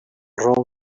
rol